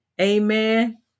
amen